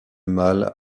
mâle